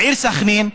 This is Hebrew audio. העיר סח'נין.